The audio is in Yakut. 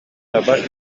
таба